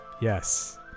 Yes